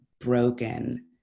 broken